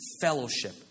fellowship